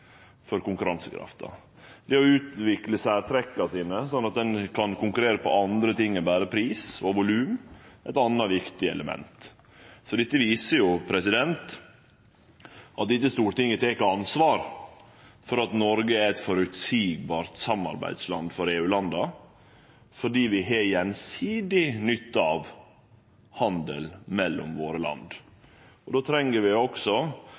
for konkurransekrafta. Det å utvikle særtrekka sine, slik at ein kan konkurrere på anna enn berre pris og volum, er eit anna viktig element. Dette viser at Stortinget tek ansvar for at Noreg er eit føreseieleg samarbeidsland for EU-landa fordi vi har gjensidig nytte av handel mellom våre land. Då treng vi